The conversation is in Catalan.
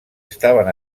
estaven